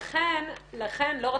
אולי אדם